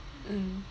mm